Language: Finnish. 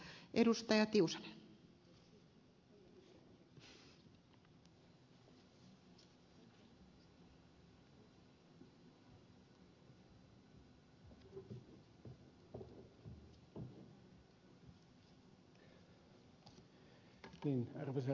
arvoisa rouva puhemies